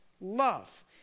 love